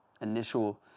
initial